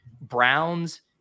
Browns